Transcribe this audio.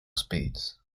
speeds